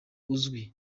uzwi